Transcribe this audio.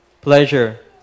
pleasure